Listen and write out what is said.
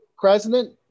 president